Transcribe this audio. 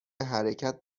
حرکت